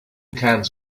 cans